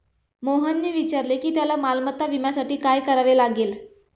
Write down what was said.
मोहनने विचारले की त्याला मालमत्ता विम्यासाठी काय करावे लागेल?